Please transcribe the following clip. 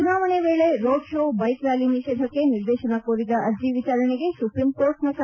ಚುನಾವಣೆ ವೇಳೆ ರೋಡ್ ಕೋ ಬೈಕ್ ರ್ಕಾಲಿ ನಿಷೇಧಕ್ಕೆ ನಿರ್ದೇಶನ ಕೋರಿದ ಅರ್ಜಿ ವಿಚಾರಣೆಗೆ ಸುಪ್ರೀಂ ಕೋರ್ಟ್ ನಕಾರ